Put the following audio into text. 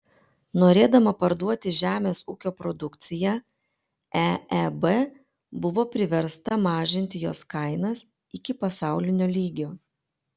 norėdama parduoti žemės ūkio produkciją eeb buvo priversta mažinti jos kainas iki pasaulinio lygio